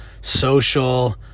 social